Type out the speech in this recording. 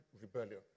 rebellion